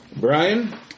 Brian